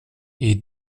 est